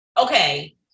Okay